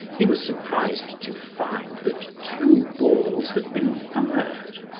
he was surprised to find that two balls had been fired.